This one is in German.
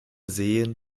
seen